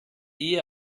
ehe